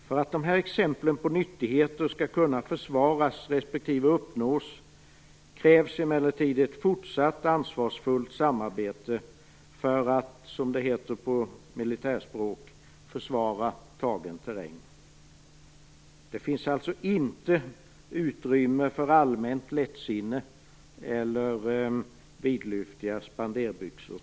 För att dessa exempel på nyttigheter skall kunna försvaras respektive uppnås krävs emellertid ett fortsatt ansvarsfullt samarbete för att försvara tagen terräng, som det heter på militärspråk. Det finns alltså inte utrymme för allmänt lättsinne eller vidlyftiga spenderbyxor.